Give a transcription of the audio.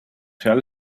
tell